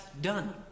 done